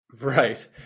Right